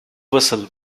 vessel